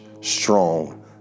strong